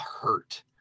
hurt